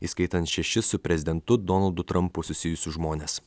įskaitant šešis su prezidentu donaldu trampu susijusius žmones